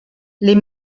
les